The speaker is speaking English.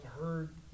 heard